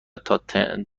تاتنهام